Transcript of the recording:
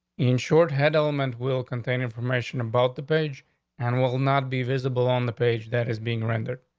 insured head element will contain information about the page and will will not be visible on the page that is being rented.